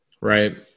Right